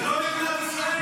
זה לא מדינת ישראל.